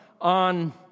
on